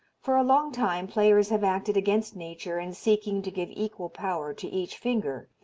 for a long time players have acted against nature in seeking to give equal power to each finger.